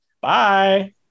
Bye